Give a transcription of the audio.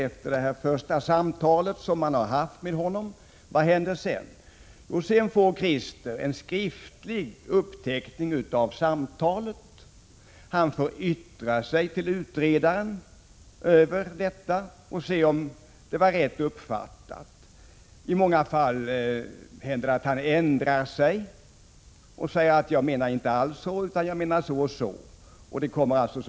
Efter det första samtalet med honom får Krister en skriftlig uppteckning av samtalet och får yttra sig över detta och se om det var rätt uppfattat. I många fall händer att han ändrar sig och kompletterar och t.ex. säger att han inte alls menar så, utan i stället så och så.